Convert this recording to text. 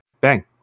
bang